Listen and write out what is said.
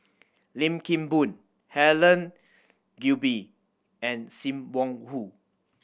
Lim Kim Boon Helen Gilbey and Sim Wong Hoo